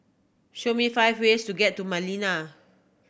show me five ways to get to Manila